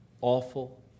awful